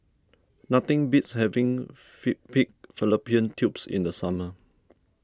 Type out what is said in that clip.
nothing beats having Pig Fallopian Tubes in the summer